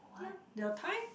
ya your time